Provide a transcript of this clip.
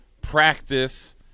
practice